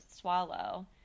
swallow